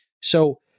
So-